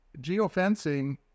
geofencing